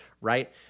right